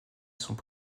sont